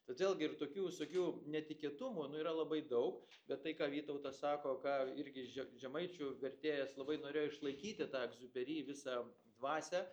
todėl gi ir tokių visokių netikėtumų nu yra labai daug bet tai ką vytautas sako ką irgi že žemaičių vertėjas labai norėjo išlaikyti tą egziuperi visą dvasią